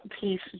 peace